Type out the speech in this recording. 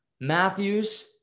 Matthews